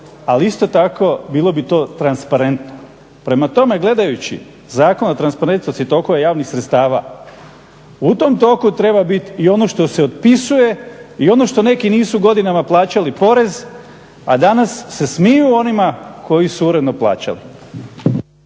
ali isto tako bilo bi to transparentno. Prema tome, gledajući Zakon o transparentnosti tokova javnih sredstava u tom toku treba biti i ono što se otpisuje i ono što neki nisu godinama plaćali porez, a danas se smiju onima koji su uredno plaćali.